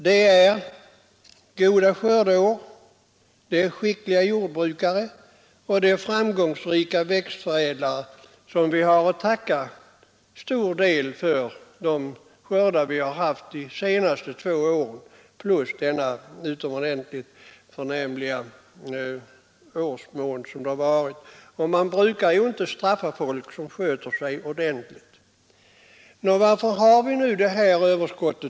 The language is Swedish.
Det är goda skördeår, skickliga jordbrukare och framgångsrika växtförädlare som vi till stor del har att tacka för de skördar vi har fått under de senaste två åren, plus denna utomordentligt förnämliga årsmån som det har varit. Man brukar ju inte straffa folk som sköter sig ordentligt! Nå, varför har vi då fått dessa överskott?